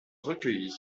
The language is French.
recueillies